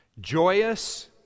joyous